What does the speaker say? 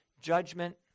judgment